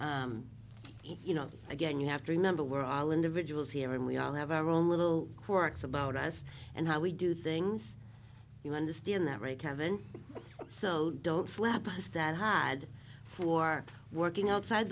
you know again you have to remember we're all individuals here and we all have our own little quirks about us and how we do things you understand that right kevin so don't slap us that hide for working outside